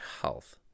health